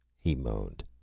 he moaned.